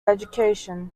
education